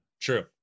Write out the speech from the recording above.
true